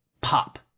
pop